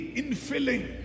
infilling